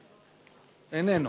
איננו.